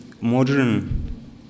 modern